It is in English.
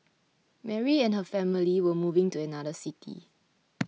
Mary and her family were moving to another city